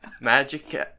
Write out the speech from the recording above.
Magic